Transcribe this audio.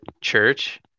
church